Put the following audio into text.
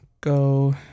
go